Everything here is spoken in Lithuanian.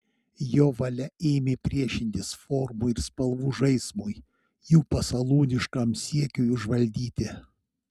jo valia ėmė priešintis formų ir spalvų žaismui jų pasalūniškam siekiui užvaldyti